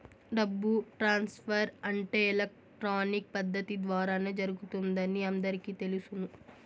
డబ్బు ట్రాన్స్ఫర్ అంటే ఎలక్ట్రానిక్ పద్దతి ద్వారానే జరుగుతుందని అందరికీ తెలుసును